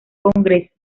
congreso